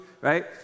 Right